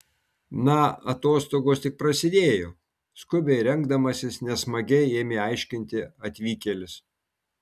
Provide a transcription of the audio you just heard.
na atostogos tik prasidėjo skubiai rengdamasis nesmagiai ėmė aiškinti atvykėlis